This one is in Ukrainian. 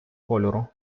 кольору